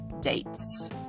dates